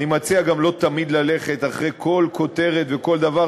אני מציע גם לא תמיד ללכת אחרי כל כותרת וכל דבר.